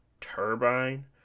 Turbine